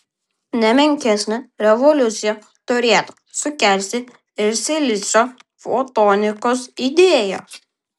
ne menkesnę revoliuciją turėtų sukelti ir silicio fotonikos idėja